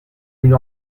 une